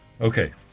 Okay